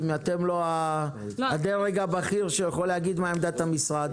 אם אתם לא הדרג הבכיר שיכול להגיד מה עמדת המשרד,